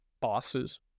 bosses